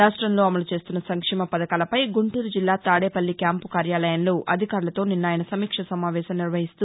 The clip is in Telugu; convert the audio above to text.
రాష్టంలో అమలు చేస్తున్న సంక్షేమ పథకాలపై గుంటూరు జిల్లా తాదేపల్లి క్యాంపు కార్యాలయంలో అధికారులతో నిన్న ఆయన సమీక్షా సమావేశం నిర్వహిస్తూ